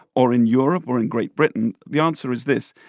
or in europe or in great britain? the answer is this.